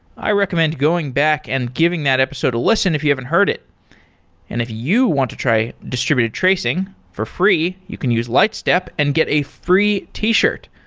i recommend going back and giving that episode a listen if you haven't heard it and if you want to try distributed tracing for free, you can use lightstep and get a free t-shirt.